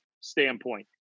standpoint